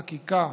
חקיקה,